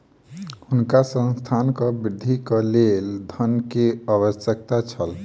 हुनका संस्थानक वृद्धिक लेल धन के आवश्यकता छल